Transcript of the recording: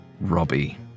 Robbie